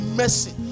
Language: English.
mercy